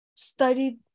studied